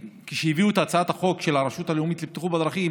כשהביאו את הצעת החוק של הרשות הלאומית לבטיחות בדרכים,